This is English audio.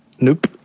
Nope